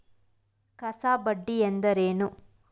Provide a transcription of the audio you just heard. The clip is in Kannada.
ಕಾಸಾ ಬಡ್ಡಿ ಎಂದರೇನು?